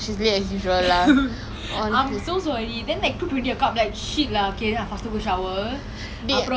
ya then I told you okay we will leave by two thirty but I don't know how I just slept ya and I woke up at two twenty